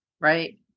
Right